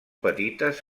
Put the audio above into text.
petites